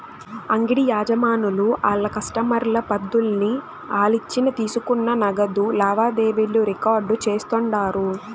అంగిడి యజమానులు ఆళ్ల కస్టమర్ల పద్దుల్ని ఆలిచ్చిన తీసుకున్న నగదు లావాదేవీలు రికార్డు చేస్తుండారు